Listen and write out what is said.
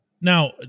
Now